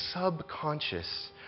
subconscious